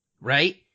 right